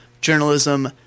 journalism